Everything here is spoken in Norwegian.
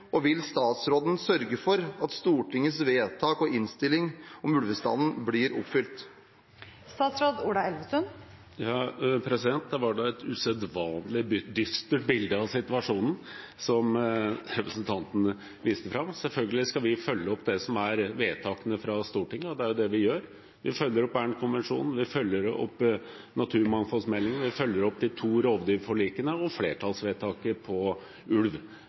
Og vil statsråden sørge for at Stortingets vedtak om ulvebestanden blir oppfylt? Det var da et usedvanlig dystert bilde av situasjonen som representanten viste. Selvfølgelig skal vi følge opp vedtakene fra Stortinget. Det er jo det vi gjør. Vi følger opp Bernkonvensjonen, vi følger opp naturmangfoldmeldingen, vi følger opp de to rovdyrforlikene og flertallsvedtaket om ulv.